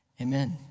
Amen